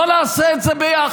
בואו נעשה את זה ביחד.